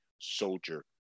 Soldier